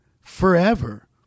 forever